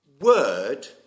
word